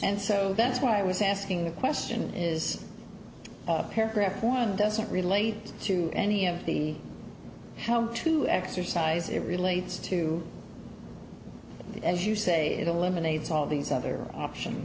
and so that's why i was asking the question is a paragraph or and doesn't relate to any of the how to exercise it relates to the as you say it eliminates all these other option